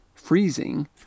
freezing